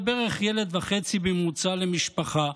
זה בערך ילד וחצי בממוצע למשפחה,